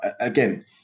again